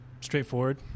Straightforward